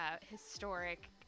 historic